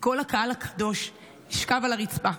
וכל הקהל הקדוש נשכב על הרצפה.